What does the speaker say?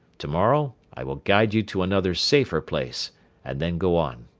tomorrow i will guide you to another safer place and then go on.